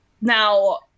Now